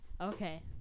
okay